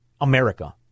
America